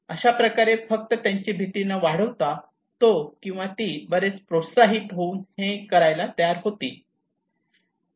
अशाप्रकारे फक्त त्यांची भीती न वाढवता तो किँवा ती बरेच प्रोत्साहित होऊन हे करायला तयार होतील